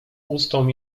ustom